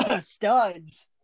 studs